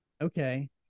Okay